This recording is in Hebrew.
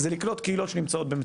לקלוט קהילות שנמצאות במצוקה.